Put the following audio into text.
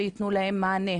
כדי שיתנו להם מענה.